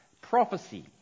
prophecy